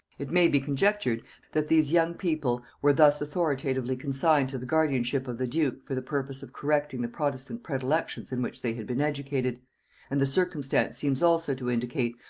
it may be conjectured that these young people were thus authoritatively consigned to the guardianship of the duke, for the purpose of correcting the protestant predilections in which they had been educated and the circumstance seems also to indicate,